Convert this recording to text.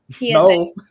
No